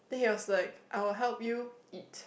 then he was like I will help you eat